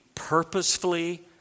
purposefully